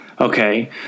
Okay